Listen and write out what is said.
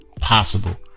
possible